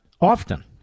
often